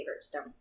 stone